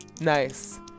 Nice